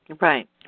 Right